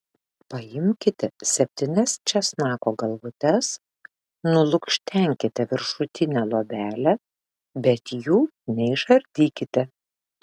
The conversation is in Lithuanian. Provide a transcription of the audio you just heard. paimkite septynias česnako galvutes nulukštenkite viršutinę luobelę bet jų neišardykite